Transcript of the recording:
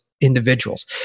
individuals